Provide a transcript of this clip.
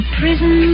prison